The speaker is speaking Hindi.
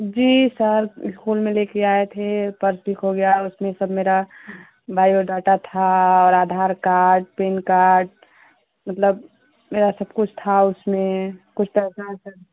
जी सर इस्कूल में लेकर आए थे पर्स भी खो गया उसमें सब मेरा बायोडाटा था और आधार कार्ड पेन कार्ड मतलब मेरा सब कुछ था उसमें कुछ पैसा वैसा भी